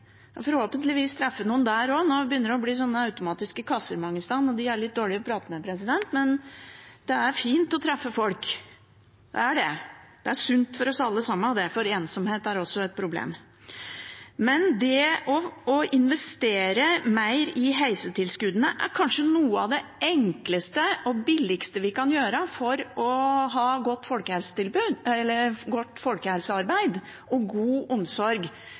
forhåpentligvis treffe noen der. Nå begynner det å bli slike automatiske kasser mange steder, og de er det litt vanskelig å prate med. Det er fint å treffe folk – det er det – det er sunt for oss alle sammen, for ensomhet er også et problem. Å investere mer i heistilskuddet er kanskje noe av det enkleste og billigste vi kan gjøre for et godt folkehelsearbeid og for å sørge for god omsorg